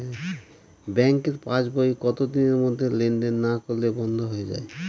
ব্যাঙ্কের পাস বই কত দিনের মধ্যে লেন দেন না করলে বন্ধ হয়ে য়ায়?